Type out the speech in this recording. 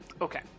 Okay